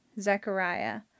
Zechariah